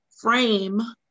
frame